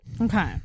Okay